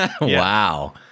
Wow